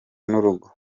n’urugo